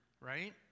right